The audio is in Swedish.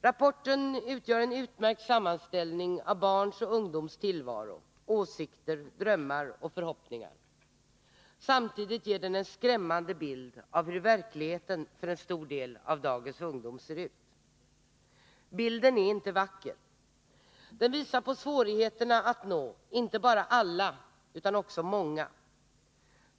Rapporten utgör en utmärkt sammanställning av barns och ungdoms tillvaro, åsikter, drömmar och förhoppningar. Samtidigt ger den en skrämmande bild av hur verkligheten för en stor del av dagens ungdom ser ut. Den bilden är inte vacker. Den visar på svårigheterna inte bara att nå alla utan även att nå många.